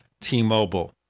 T-Mobile